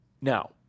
now